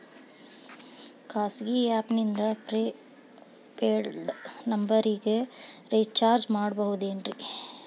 ಖಾಸಗಿ ಆ್ಯಪ್ ನಿಂದ prepaid ನಂಬರಿಗ ರೇಚಾರ್ಜ್ ಮಾಡಬಹುದೇನ್ರಿ?